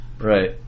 Right